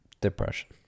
Depression